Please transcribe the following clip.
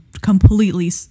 completely